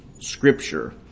Scripture